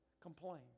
complain